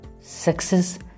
Success